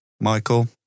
Michael